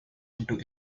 into